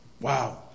Wow